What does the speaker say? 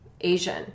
Asian